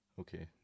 Okay